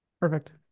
Perfect